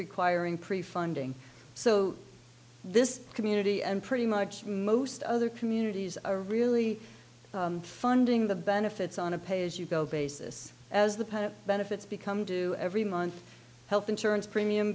requiring prefunding so this community and pretty much most other communities are really funding the benefits on a pay as you go basis as the parent benefits become do every month health insurance premium